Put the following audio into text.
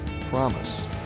promise